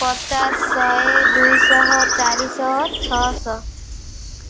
ପଚାଶ ଶହେ ଦୁଇ ଶହ ଚାରି ଶହ ଛଅ ଶହ